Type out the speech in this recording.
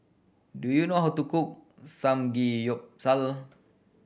do you know how to cook Samgeyopsal